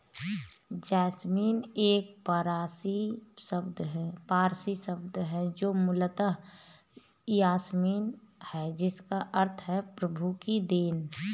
jasmine एक पारसी शब्द है जो मूलतः यासमीन है जिसका अर्थ है प्रभु की देन